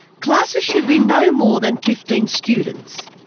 classes should be no more than fifteen students,